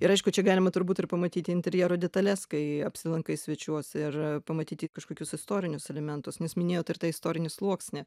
ir aišku čia galima turbūt ir pamatyti interjero detales kai apsilankai svečiuos ir pamatyti kažkokius istorinius elementus nes minėjot ir tą istorinį sluoksnį